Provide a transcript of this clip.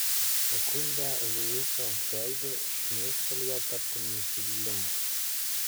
sekundę luiso veidu šmėstelėjo tartum nusivylimas